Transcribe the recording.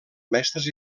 mestres